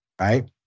right